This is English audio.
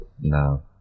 No